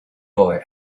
boy